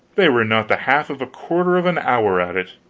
they were not the half of a quarter of an hour at it.